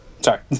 Sorry